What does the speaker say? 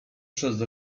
przez